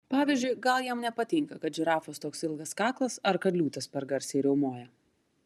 pavyzdžiui gal jam nepatinka kad žirafos toks ilgas kaklas ar kad liūtas per garsiai riaumoja